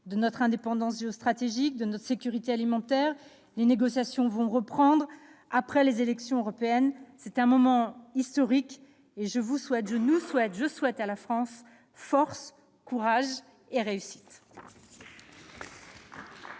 de notre indépendance géostratégique et de notre sécurité alimentaire. Les négociations vont reprendre, après les élections européennes ; c'est un moment historique. Et je vous souhaite- je nous souhaite et je souhaite à la France -force, courage et réussite